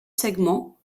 segment